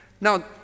Now